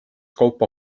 kaupa